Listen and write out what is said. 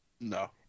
No